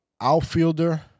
Outfielder